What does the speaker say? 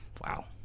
wow